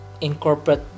incorporate